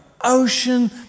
ocean